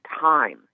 time